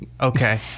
Okay